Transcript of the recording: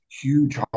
huge